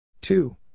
two